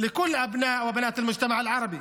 עבור כל בני ובנות החברה הערבית.